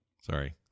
Sorry